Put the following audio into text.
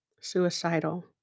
suicidal